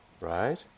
Right